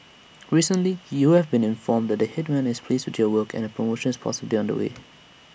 recently you've been informed that the Headman is pleased with your work and A promotion is possibly on the way